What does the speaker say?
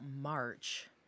March